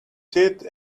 seat